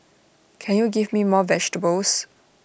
can you give me more vegetables